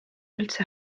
üldse